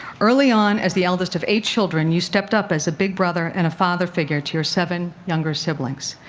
early on, as the eldest of eight children, you stepped up as big brother and a father figure to your seven younger siblings.